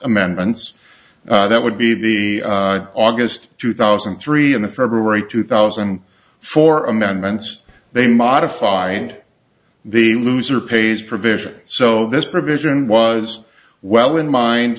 amendments that would be the august two thousand and three in the february two thousand and four amendments they modify and the loser pays provision so this provision was well in mind